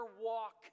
walk